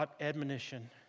admonition